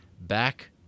Back